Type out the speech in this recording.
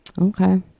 Okay